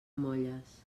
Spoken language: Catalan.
molles